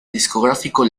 discográfico